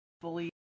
fully